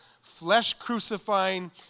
flesh-crucifying